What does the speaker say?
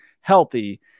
healthy